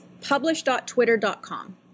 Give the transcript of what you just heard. publish.twitter.com